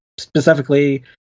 specifically